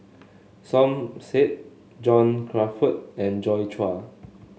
Som Said John Crawfurd and Joi Chua